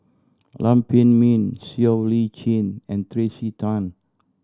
Lam Pin Min Siow Lee Chin and Tracey Tan